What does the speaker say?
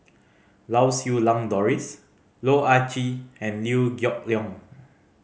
Lau Siew Lang Doris Loh Ah Chee and Liew Geok Leong